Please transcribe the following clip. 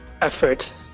effort